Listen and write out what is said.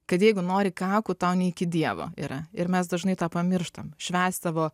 kad jeigu nori kaku tau ne iki dievo yra ir mes dažnai tą pamirštam švęst savo